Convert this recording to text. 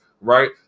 right